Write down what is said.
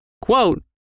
quote